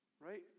right